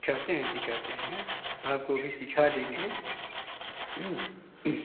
सिखाते हैं सिखाते हैं आपको भी सिखा देंगे